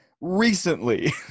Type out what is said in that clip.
recently